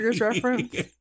reference